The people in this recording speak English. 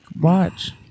watch